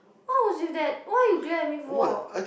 what was with that why you glare at me for